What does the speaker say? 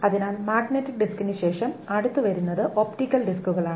അതിനാൽ മാഗ്നറ്റിക് ഡിസ്കിന് ശേഷം അടുത്തത് വരുന്നത് ഒപ്റ്റിക്കൽ ഡിസ്കുകളാണ്